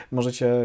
Możecie